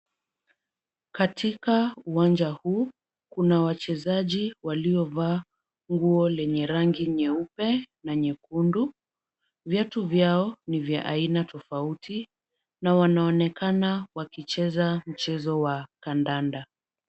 Katika uwanja huu kuna wachezaji waliovaa nguo lenye rangi nyeupe na nyekundu. Viatu vyao ni vya aina tofauti na wanaonekana wakicheza mchezo wa kandanda.